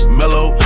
mellow